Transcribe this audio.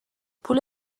پول